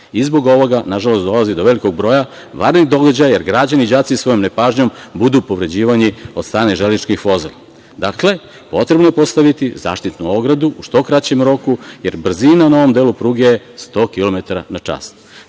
i zbog ovoga, nažalost, dolazi do velikog broja vanrednih događaja, jer građani i đaci svojom nepažnjom budu povređivani od strane železničkih vozova. Dakle, potrebno je postaviti zaštitnu ogradu u što kraćem roku, jer brzina na ovom delu pruge je 100 kilometara